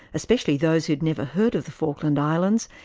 especially those who had never heard of the falkland islands,